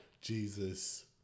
Jesus